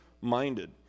minded